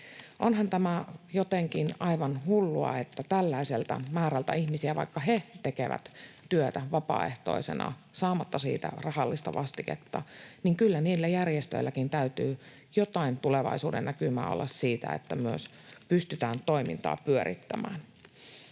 Onhan tämä jotenkin aivan hullua, että tällaiselta määrältä ihmisiä... Vaikka he tekevät työtä vapaaehtoisena saamatta siitä rahallista vastiketta, niin kyllä niillä järjestöilläkin täytyy jotain tulevaisuudennäkymää olla siitä, että pystytään toimintaa pyörittämään.